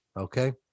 okay